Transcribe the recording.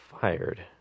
Fired